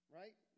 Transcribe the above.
right